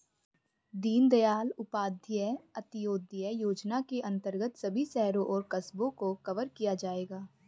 दीनदयाल उपाध्याय अंत्योदय योजना के अंतर्गत सभी शहरों और कस्बों को कवर किया जाएगा